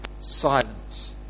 silence